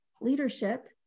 leadership